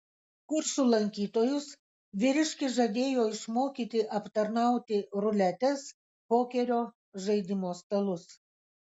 kursų lankytojus vyriškis žadėjo išmokyti aptarnauti ruletės pokerio žaidimo stalus